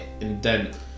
indent